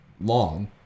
long